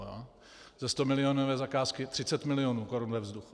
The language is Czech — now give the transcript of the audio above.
Ze stomilionové zakázky 30 milionů korun ve vzduchu.